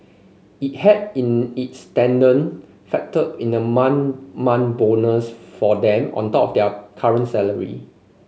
it had in its tender factored in the month month bonus for them on top their current salary